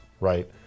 right